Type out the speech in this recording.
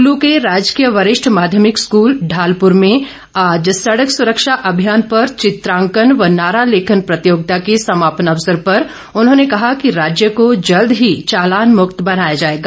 कल्लू के राजकीय वरिष्ठ माध्यभिक स्कूल ढालपुर में आज सड़क सुरक्षा अभियान पर चित्रांकन व नारा लेखन प्रतियोगिता के समापन अवसर पर उन्होंने कहा कि राज्य को जल्द ही चालान मुक्त बनाया जाएगा